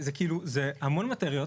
זה כאילו, זה המון מטריות.